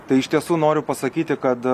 tai iš tiesų noriu pasakyti kad